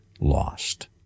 lost